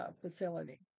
facility